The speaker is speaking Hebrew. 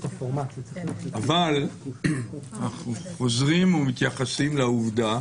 אבל אנחנו חוזרים ומתייחסים לעובדה